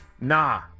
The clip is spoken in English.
nah